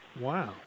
Wow